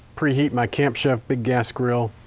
preheat my camp chef big gas grill,